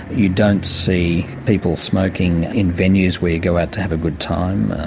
you don't see people smoking in venues where you go out to have a good time.